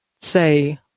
say